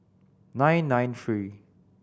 nine nine three